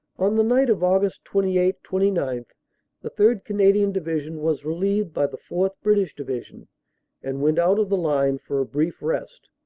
on the night of aug. twenty eight twenty nine the third. canadian division was relieved by the fourth. british division and went out of the line for a brief rest,